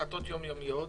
החלטות יום-יומיות,